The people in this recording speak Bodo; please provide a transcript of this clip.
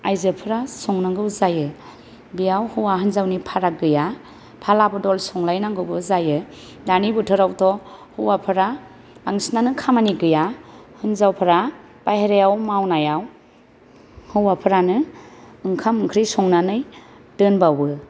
आयजोफोरा संनांगौ जायो बेयाव हौवा हिनजावनि फाराग गैया फाला बदल संलाय नांगौबो जायो दानि बोथोरावथ' हौवाफोरा बांसिनानो खामानि गैया हिनजावफोरा बायह्रायाव मावनायाव हौवाफोरानो ओंखाम ओंख्रि संनानै दोनबावो